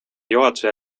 juhatuse